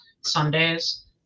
Sundays